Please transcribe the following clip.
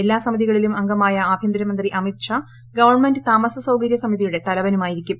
എല്ലാ സമിതികളിലും അംഗമായ ആഭ്യന്തരമന്ത്രി അമിത്ഷാ ഗവൺമെന്റ് താമസ സൌകര്യ സമിതിയുടെ തലവനുമായിരിക്കും